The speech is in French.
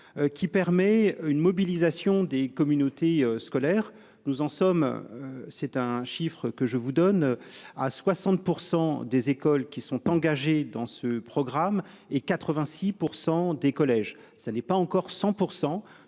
Qui permet une mobilisation des communautés scolaires. Nous en sommes. C'est un chiffre que je vous donne à 60% des écoles qui sont engagés dans ce programme et 86% des collèges, ça n'est pas encore. 100%.